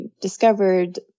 discovered